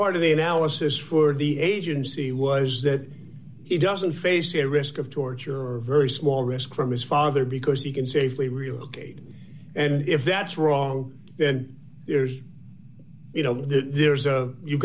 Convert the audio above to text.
part of the analysis for the agency was that he doesn't face a risk of torture or a very small risk from his father because he can safely relocate and if that's wrong then there's you know there's a you've